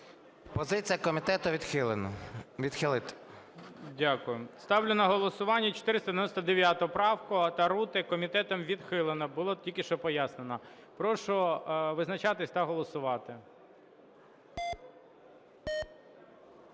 Позиція комітету – відхилити. ГОЛОВУЮЧИЙ. Дякую. Ставлю на голосування 499 правку Тарути. Комітетом відхилена, було тільки що пояснено. Прошу визначатись та голосувати.